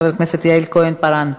חברת יעל כהן-פארן,